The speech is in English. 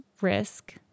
risk